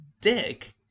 dick